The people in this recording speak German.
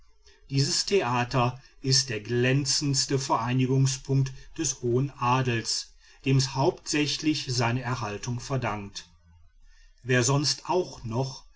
dieses theater ist der glänzendste vereinigungspunkt des hohen adels dem es hauptsächlich seine erhaltung verdankt wer sonst auch noch